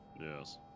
Yes